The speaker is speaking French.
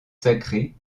sacrée